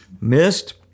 missed